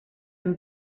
him